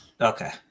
Okay